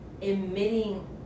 emitting